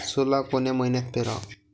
सोला कोन्या मइन्यात पेराव?